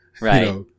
Right